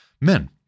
men